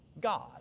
God